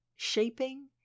Shaping